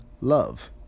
love